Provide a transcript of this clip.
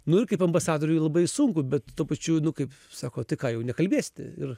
nu ir kaip ambasadoriui labai sunku bet tuo pačiu nu kaip sako tai ką jau nekalbėsite ir